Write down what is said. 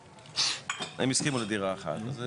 בתקופה שמיום הסכם המכירה עד ערב יום המכירה 49כה1. (א)בסעיף זה,